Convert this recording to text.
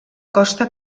costa